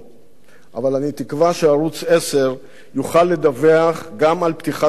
אבל אני תקווה שערוץ-10 יוכל לדווח גם על פתיחת מושב החורף,